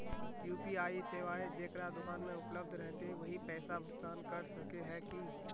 UPI सेवाएं जेकरा दुकान में उपलब्ध रहते वही पैसा भुगतान कर सके है की?